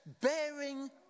bearing